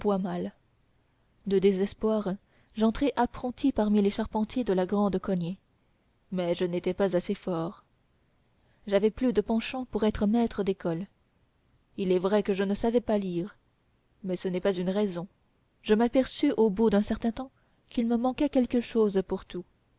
de désespoir j'entrai apprenti parmi les charpentiers de la grande cognée mais je n'étais pas assez fort j'avais plus de penchant pour être maître d'école il est vrai que je ne savais pas lire mais ce n'est pas une raison je m'aperçus au bout d'un certain temps qu'il me manquait quelque chose pour tout